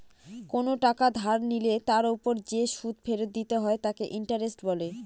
কোন টাকা ধার নিলে তার ওপর যে সুদ ফেরত দিতে হয় তাকে ইন্টারেস্ট বলে